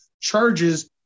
charges